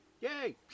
Yay